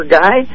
guy